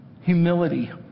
Humility